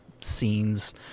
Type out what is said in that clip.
scenes